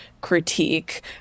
critique